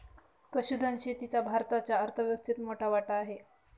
पशुधन शेतीचा भारताच्या अर्थव्यवस्थेत मोठा वाटा आहे